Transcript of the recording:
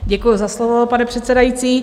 Děkuju za slovo, pane předsedající.